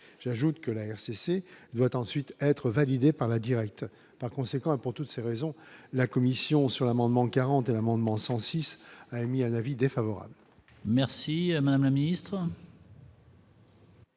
j'ajoute que la RCC doit ensuite être validé par la directe par conséquent pour toutes ces raisons, la commission sur l'amendement 41 amendements 106 a émis un avis défavorable. Merci madame la ministre.